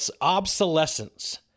Obsolescence